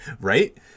Right